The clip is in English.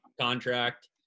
contract